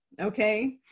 Okay